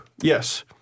Yes